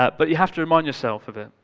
ah but you have to remind yourself of it.